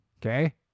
Okay